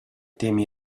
temi